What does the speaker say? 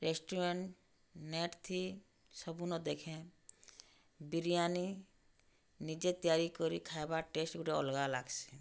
restaurant ନେଟ୍ଥି ସବୁନ ଦେଖେଁ ବିରିୟାନି ନିଜେ ତିଆରି କରି ଖାଇବାର୍ ଟେଷ୍ଟ୍ ଗୁଟେ ଅଲ୍ଗା ଲାଗ୍ସି